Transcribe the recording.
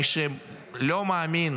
מי שלא מאמין